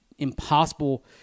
impossible